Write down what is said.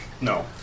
No